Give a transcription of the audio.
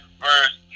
verse